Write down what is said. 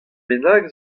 bennak